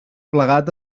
plegat